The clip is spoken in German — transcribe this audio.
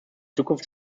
zukunft